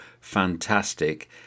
fantastic